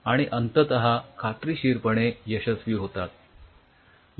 आणि अंततः खात्रीशीरपणे यशस्वी होतात